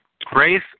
Grace